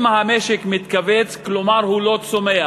אם המשק מתכווץ, כלומר הוא לא צומח.